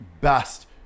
best